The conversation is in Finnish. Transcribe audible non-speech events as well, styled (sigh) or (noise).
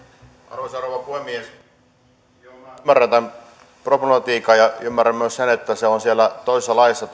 arvoisa rouva puhemies minä ymmärrän tämän problematiikan ja ymmärrän myös sen että nämä polttoainemääritelmät on siellä toisessa laissa (unintelligible)